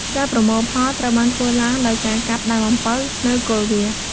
ការប្រមូលផលត្រូវបានធ្វើឡើងដោយការកាប់ដើមអំពៅនៅគល់វា។